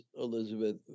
Elizabeth